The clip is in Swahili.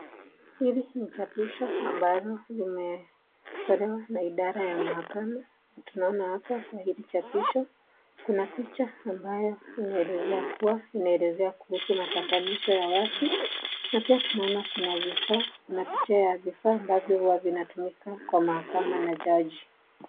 Hili ni chapisho ambalo limetolewa na idara ya mahakama. Na tunaona hapa kwenye chapisho kuna picha ambayo inaelezea kuwa inaelezea kuhusu mapatanisho ya watu. Huku tunaona kuna vifaa na picha ya vifaa ambavyo huwa vinatumiwa kwa mahakama ya Jaji.